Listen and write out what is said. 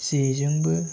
जेजोंबो